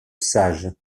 sage